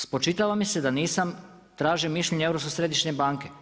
Spočitava mi se da nisam tražio mišljenje Europske središnje banke.